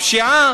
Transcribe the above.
בפשיעה,